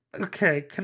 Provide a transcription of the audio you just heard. Okay